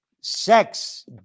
sex